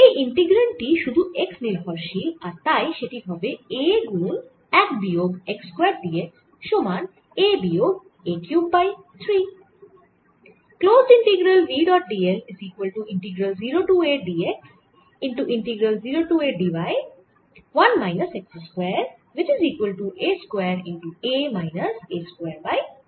এই ইন্টিগ্র্যান্ড টি শুধু x নির্ভরশীল আর তাই সেটি হবে a গুন 1 বিয়োগ x স্কয়ার d x সমান a বিয়োগ a কিউব বাই 3